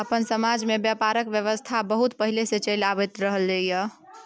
अपन समाज में ब्यापारक व्यवस्था बहुत पहले से चलि आइब रहले ये